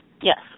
Yes